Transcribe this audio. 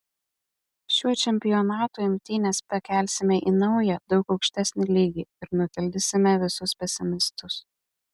šiuo čempionatu imtynes pakelsime į naują daug aukštesnį lygį ir nutildysime visus pesimistus